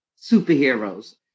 superheroes